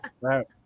right